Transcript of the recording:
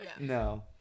No